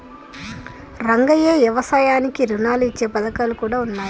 రంగయ్య యవసాయానికి రుణాలు ఇచ్చే పథకాలు కూడా ఉన్నాయి